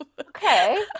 Okay